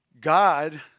God